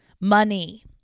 money